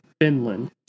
Finland